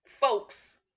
folks